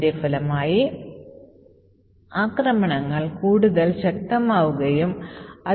compiler ചെയ്യേണ്ടത് ഇവിടെ ഒരു കാനറി ഇൻസർട്ട് ചെയ്യുക എന്നതാണ്